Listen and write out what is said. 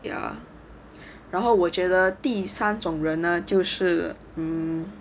ya 然后我觉得第三种人呢就是 mmhmm